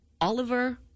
Oliver